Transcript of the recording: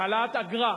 העלאת אגרה.